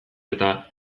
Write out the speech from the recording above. eta